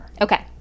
Okay